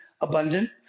abundant